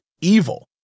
evil